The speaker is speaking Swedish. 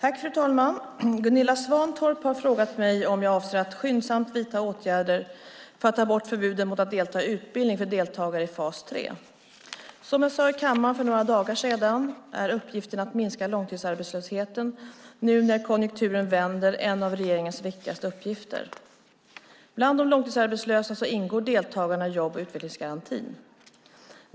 Fru talman! Gunilla Svantorp har frågat mig om jag avser att skyndsamt vidta åtgärder för att ta bort förbudet mot att delta i utbildning för deltagare i fas 3. Som jag sade i kammaren för några dagar sedan är uppgiften att minska långtidsarbetslösheten när nu konjunkturen vänder en av regeringens viktigaste uppgifter. Bland de långtidsarbetslösa ingår deltagarna i jobb och utvecklingsgarantin.